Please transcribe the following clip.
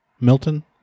Milton